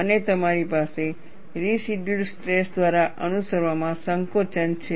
અને તમારી પાસે રેસિડયૂઅલ સ્ટ્રેસ દ્વારા અનુસરવામાં સંકોચન છે